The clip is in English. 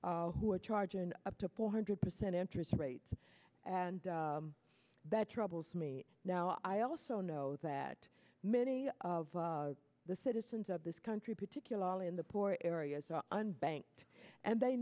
time who are charging up to four hundred percent interest rates and that troubles me now i also know that many of the citizens of this country particularly in the poor areas are unbanked and they